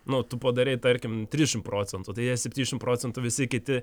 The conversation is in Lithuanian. nu tu padarei tarkim trisdešim procentų tai jie septyniasdešim procentų visi kiti